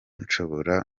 nshobora